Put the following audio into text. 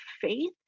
faith